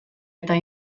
eta